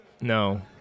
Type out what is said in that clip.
No